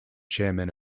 chairman